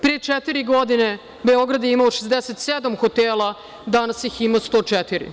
Pre četiri godine Beograd je imao 67 hotela, danas ih ima 104.